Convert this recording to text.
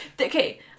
Okay